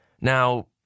Now